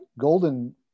golden